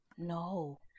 No